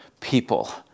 people